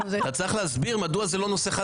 אתה צריך להסביר מדוע זה לא נושא חדש.